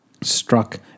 struck